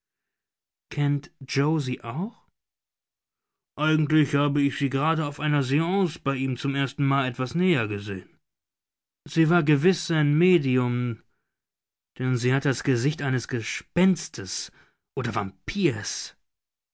kennt yoe sie auch eigentlich habe ich sie gerade auf einer seance bei ihm zum ersten male etwas näher gesehen sie war gewiß sein medium denn sie hat das gesicht eines gespenstes oder vampirs